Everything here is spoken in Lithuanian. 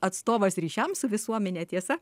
atstovas ryšiams su visuomene tiesa